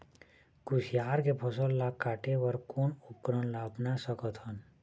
कुसियार के फसल ला काटे बर कोन उपकरण ला अपना सकथन?